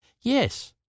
Yes